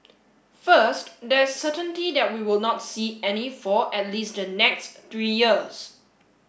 first there is certainty that we will not see any for at least the next three years